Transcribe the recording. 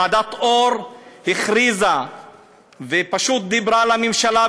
ועדת אור הכריזה ופשוט דיברה על הממשלה,